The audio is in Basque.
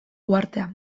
uhartea